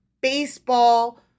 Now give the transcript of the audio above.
baseball